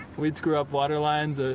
we'd screw up waterlines, ah